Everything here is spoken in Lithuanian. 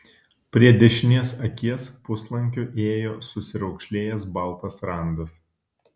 prie dešinės akies puslankiu ėjo susiraukšlėjęs baltas randas